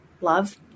love